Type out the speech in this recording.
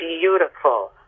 beautiful